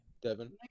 Devin